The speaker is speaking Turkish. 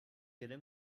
yere